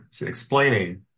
explaining